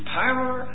power